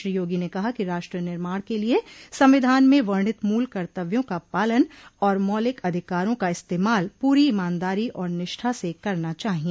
श्री योगी ने कहा कि राष्ट्र निर्माण के लिए संविधान में वर्णित मूल कर्तव्यों का पालन और मौलिक अधिकारों का इस्तेमाल पूरी ईमानदारी और निष्ठा से करना चाहिए